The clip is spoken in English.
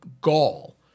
gall